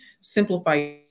simplify